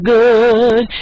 good